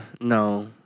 no